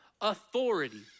authority